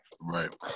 Right